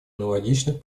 аналогичных